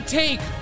take